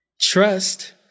Trust